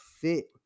fit